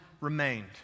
remained